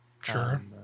sure